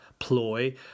Ploy